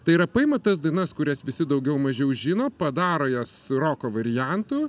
tai yra paima tas dainas kurias visi daugiau mažiau žino padaro jas roko variantu